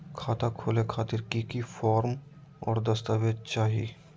खाता खोले खातिर की की फॉर्म और दस्तावेज चाही?